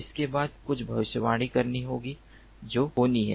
इसके बाद कुछ भविष्यवाणी करनी होगी जो होनी है